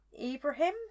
Ibrahim